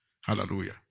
Hallelujah